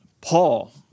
Paul